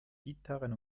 gitarren